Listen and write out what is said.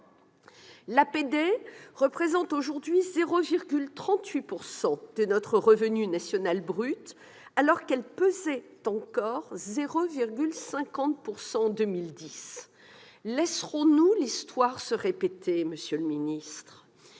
L'APD représente aujourd'hui 0,38 % de notre revenu national brut, alors qu'elle « pesait » encore 0,50 % en 2010. Laisserons-nous l'histoire se répéter ? Emmanuel Macron